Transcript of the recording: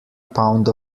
pound